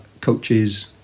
coaches